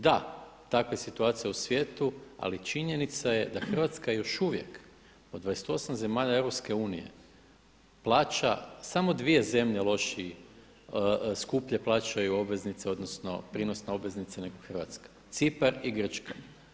Da, takva je situacija u svijetu, ali činjenica je da Hrvatska još uvijek od 28 zemalja EU plaća samo dvije zemlje lošiji, skuplje plaćaju obveznice, odnosno prinos na obveznice nego Hrvatska, Cipar i Grčka.